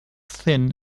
thin